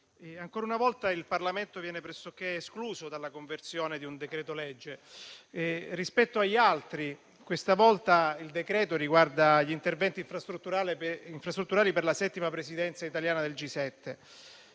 ancora una volta il Parlamento viene pressoché escluso dalla conversione in legge di un decreto-legge. Rispetto agli altri, questa volta il provvedimento riguarda gli interventi infrastrutturali per la settima Presidenza italiana del G7